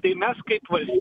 tai mes kaip vals